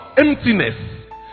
Emptiness